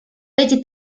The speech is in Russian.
эти